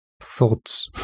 thoughts